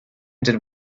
did